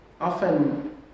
Often